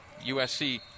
USC